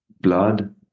blood